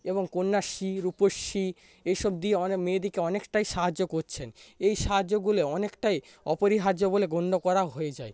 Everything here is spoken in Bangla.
এবং কন্যাশ্রী রূপশ্রী এইসব দিয়ে মেয়েদেরকে অনেকটাই সাহায্য করছেন এই সাহায্যগুলি অনেকটাই অপরিহার্য বলে গণ্য করা হয়ে যায়